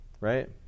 Right